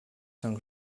cinq